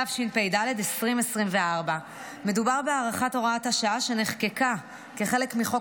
התשפ"ד 2024. מדובר בהארכת הוראת השעה שנחקקה כחלק מחוק